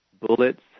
bullets